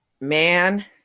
man